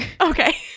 Okay